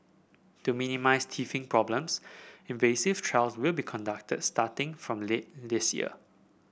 to minimise teething problems trials will be conducted starting from later this year